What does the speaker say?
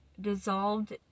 dissolved